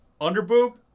Underboob